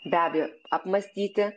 be abejo apmąstyti